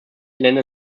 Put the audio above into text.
länder